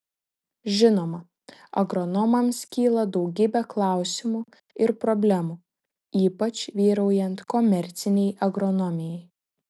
žinoma agronomams kyla daugybė klausimų ir problemų ypač vyraujant komercinei agronomijai